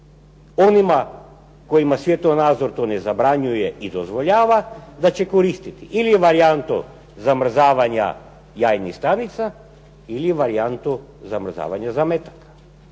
onima kojima svjetonazor to ne zabranjuje i ne dozvoljava da će koristiti. Ili je varijanta zamrzavanja jajnih stanica ili varijantu zamrzavanja zametaka.